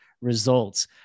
results